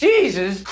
Jesus